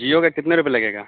جیو کا کتنا روپے لگے گا